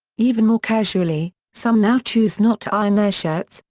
even more casually, some now choose not to iron their shirts,